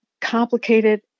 complicated